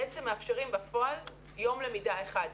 בעצם מאפשרים בפועל יום למידה אחד.